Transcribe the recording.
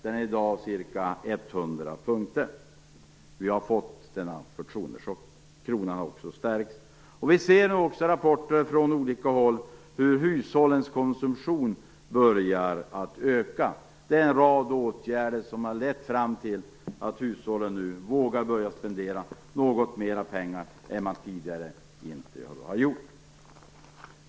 Den är i dag ca 100 punkter. Vi har fått denna förtroendechock. Kronan har också stärkts. Rapporter från olika håll visar att hushållens konsumtion börjar att öka. En rad åtgärder har lett fram till att hushållen nu vågar börja spendera något mer pengar än man tidigare gjort.